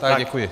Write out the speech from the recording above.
Já děkuji.